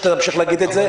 כשתמשיך להגיד את זה,